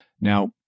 Now